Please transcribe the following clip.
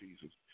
Jesus